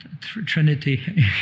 Trinity